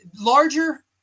larger